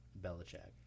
Belichick